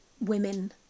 women